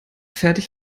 fertig